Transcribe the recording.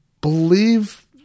believe